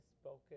spoken